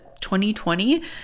2020